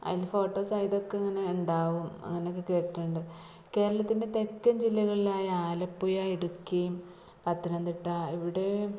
അതിൽ ഫോട്ടോ സഹിതമൊക്കെ ഇങ്ങനെ ഉണ്ടാകും അങ്ങനെയൊക്കെ കേട്ടിട്ടുണ്ട് കേരളത്തിന്റെ തെക്കന് ജില്ലകളിലായ ആലപ്പുഴ ഇടുക്കി പത്തനംതിട്ട ഇവിടേ